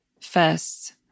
first